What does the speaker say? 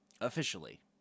Officially